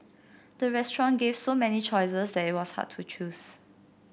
the restaurant gave so many choices that it was hard to choose